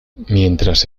mientras